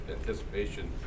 anticipation